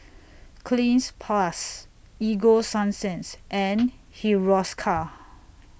Cleanz Plus Ego Sunsense and Hiruscar